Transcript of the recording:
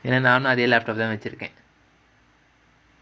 ஏனா நானும் அதே:yaenaa naanum adhae laptop தான் வச்சிருக்கேன்:thaan vachirukkaen